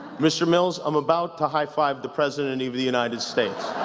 mr. mills, i'm about to high-five the president of the united states.